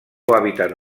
hàbitat